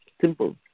Simple